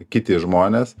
kiti žmonės